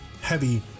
heavy